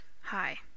Hi